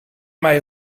mij